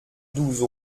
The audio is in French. douze